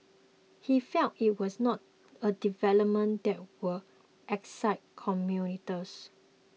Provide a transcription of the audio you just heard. he felt it was not a development that would excite